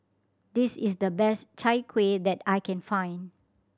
this is the best Chai Kueh that I can find